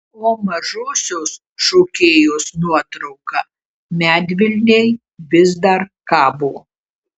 o mažosios šokėjos nuotrauka medvilnėj vis dar kabo